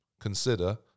consider